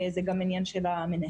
זה גם עניין של המנהלת.